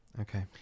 Okay